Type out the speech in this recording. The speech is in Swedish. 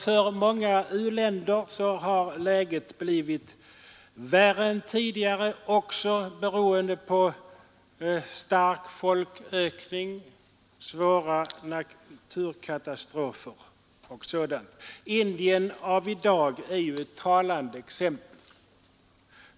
För många u-länder har läget blivit värre än tidigare, beroende på stark folkökning, svåra naturkatastrofer och sådant. Indien av i dag är ju ett talande exempel.